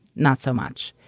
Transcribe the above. not so much.